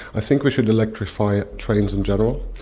i think we should electrify ah trains in general,